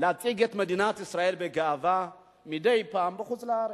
לייצג את מדינת ישראל בגאווה מדי פעם בחוץ-לארץ.